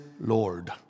Lord